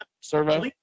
servo